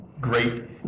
great